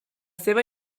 seva